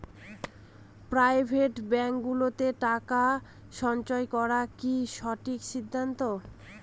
Private ব্যাঙ্কগুলোতে টাকা সঞ্চয় করা কি সঠিক সিদ্ধান্ত?